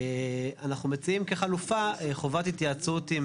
אנחנו מציעים כחלופה חובת התייעצות ---